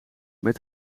met